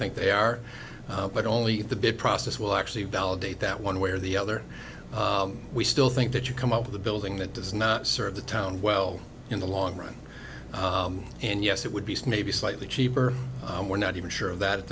think they are but only if the bid process will actually validate that one way or the other we still think that you come up with a building that does not serve the town well in the long run and yes it would be snavely slightly cheaper we're not even sure of that at